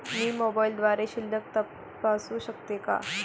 मी मोबाइलद्वारे शिल्लक तपासू शकते का?